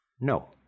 No